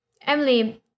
Emily